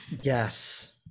Yes